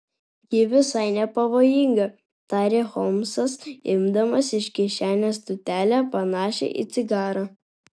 ji visai nepavojinga tarė holmsas imdamas iš kišenės tūtelę panašią į cigarą